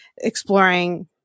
exploring